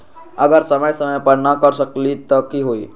अगर समय समय पर न कर सकील त कि हुई?